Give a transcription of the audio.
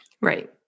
Right